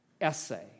essay